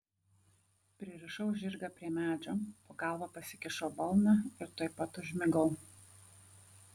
pririšau žirgą prie medžio po galva pasikišau balną ir tuoj pat užmigau